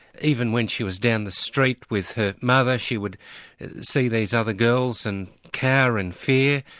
even when she was down the street with her mother, she would see these other girls, and cower in fear.